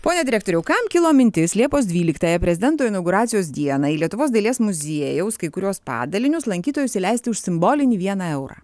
pone direktoriau kam kilo mintis liepos dvyliktąją prezidento inauguracijos dieną į lietuvos dailės muziejaus kai kuriuos padalinius lankytojus įleisti už simbolinį vieną eurą